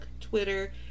Twitter